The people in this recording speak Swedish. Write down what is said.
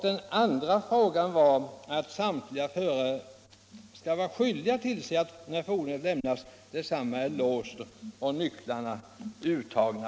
Det andra förslaget är att samtliga förare skall vara skyldiga att tillse att, när fordonet lämnas, detsamma är låst och nycklarna urtagna.